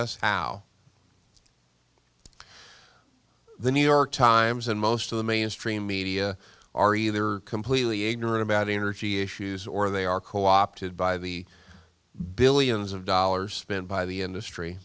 us how the new york times and most of the mainstream media are either completely ignorant about energy issues or they are co opted by the billions of dollars spent by the industry